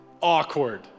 Awkward